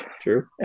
true